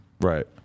Right